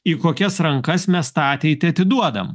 į kokias rankas mes tą ateitį atiduodam